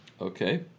okay